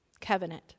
covenant